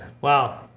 Wow